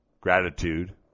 gratitude